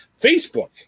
Facebook